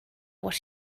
what